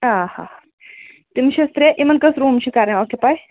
آ تِم چھِس ترٛےٚ یِمَن کٔژ روٗم چھِ کَرٕنۍ آکِپاے